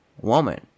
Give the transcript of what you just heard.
woman